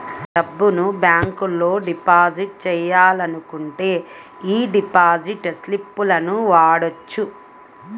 డబ్బును బ్యేంకులో డిపాజిట్ చెయ్యాలనుకుంటే యీ డిపాజిట్ స్లిపులను వాడొచ్చు